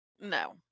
no